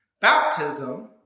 Baptism